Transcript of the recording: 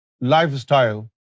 lifestyle